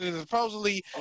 supposedly